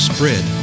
Spread